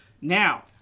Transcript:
now